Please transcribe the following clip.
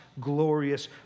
glorious